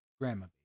Grandma